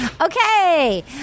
Okay